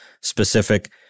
specific